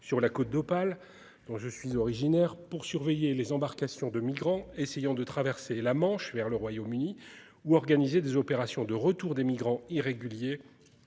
sur la Côte d'Opale dont je suis originaire pour surveiller les embarcations de migrants essayant de traverser la Manche vers le Royaume-Uni ou organiser des opérations de retour des migrants irréguliers.